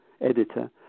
editor